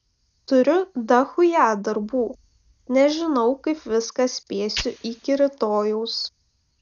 turiu dachuja darbų nežinau kaip viską spėsiu iki rytojaus